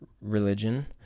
religion